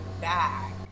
back